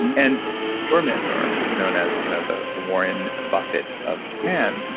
and your mentor, who's known as you know the the warren buffet of japan,